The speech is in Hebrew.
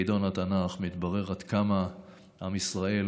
בחידון התנ"ך, מתברר עד כמה עם ישראל